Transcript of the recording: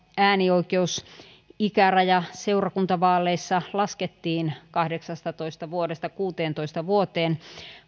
äänioikeusikäraja seurakuntavaaleissa laskettiin kahdeksastatoista vuodesta kuusitoista vuoteen